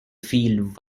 field